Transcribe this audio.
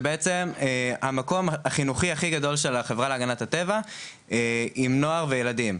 זה בעצם המקום החינוכי הכי גדול של החברה להגנת הטבע עם נוער וילדים.